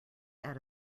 add